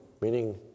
Meaning